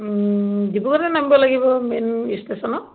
ডিব্ৰুগড়তে নামিব লাগিব মেইন ইষ্টেচনত